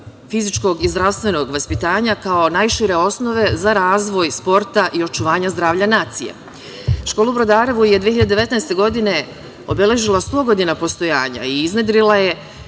fizičkog i zdravstvenog vaspitanja, kao najšire osnove za razvoj sporta i očuvanja zdravlja nacije. Školu u Brodarevu je 2019. godine obeležila 100 godina postojanja i iznedrila je